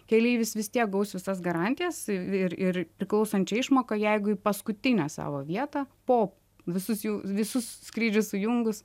keleivis vis tiek gaus visas garantijas ir ir priklausančią išmoką jeigu į paskutinę savo vietą po visus jų visus skrydžius sujungus